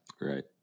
Right